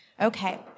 Okay